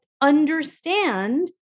Understand